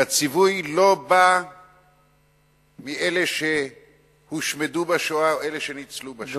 והציווי לא בא מאלה שהושמדו בשואה או אלה שניצלו בשואה,